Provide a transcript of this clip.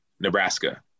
Nebraska